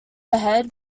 ahead